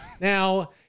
Now